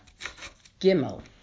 Gimel